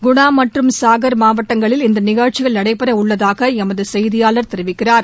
குணா மற்றம் சாஹர் மாவட்டங்களில் இந்த நிகழ்ச்சிகள் நடைபெறவுள்ளதாக எமது செய்தியாளர் தெரிவிக்கிறார்